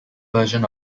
version